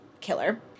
killer